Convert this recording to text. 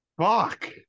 Fuck